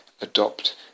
adopt